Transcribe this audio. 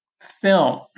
film